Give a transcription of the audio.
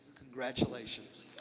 congratulations.